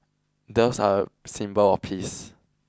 doves are a symbol of peace